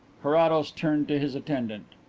carrados turned to his attendant.